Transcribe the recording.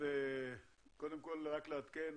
קודם כל, רק לעדכן